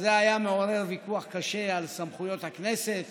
זה היה מעורר ויכוח קשה על סמכויות הכנסת